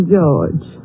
George